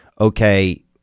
okay